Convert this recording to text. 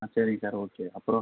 ஆ சரிங்க sir okay அப்றம்